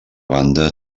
banda